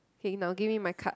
K now give me my card